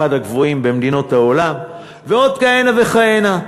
אחד הגבוהים במדינות העולם, ועוד כהנה וכהנה.